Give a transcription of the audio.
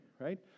right